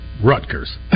Rutgers